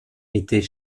était